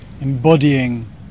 embodying